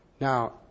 now